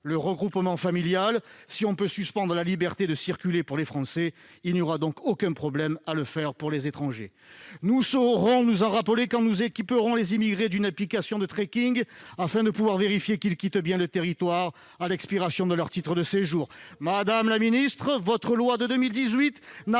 le regroupement familial : si l'on peut suspendre la liberté de circuler pour les Français, il n'y aura donc aucun problème à le faire pour les étrangers ! Nous saurons nous en rappeler quand nous équiperons les immigrés d'une application de afin de pouvoir vérifier qu'ils quittent bien le territoire à l'expiration de leur titre de séjour.